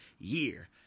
year